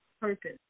purpose